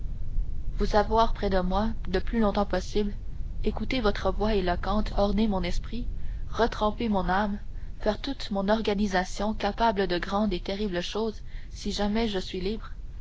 vous avoir près de moi le plus longtemps possible écouter votre voix éloquente orner mon esprit retremper mon âme faire toute mon organisation capable de grandes et terribles choses si jamais je suis libre